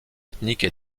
ethnique